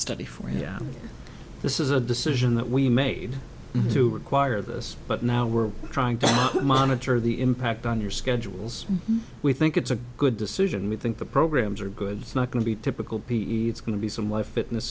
study for yeah this is a decision that we made to require this but now we're trying to monitor the impact on your schedules we think it's a good decision and we think the programs are goods not going to be typical p e s going to be some why fitness